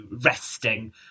resting